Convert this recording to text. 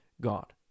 God